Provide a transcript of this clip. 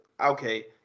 Okay